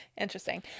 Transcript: Interesting